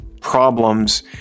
problems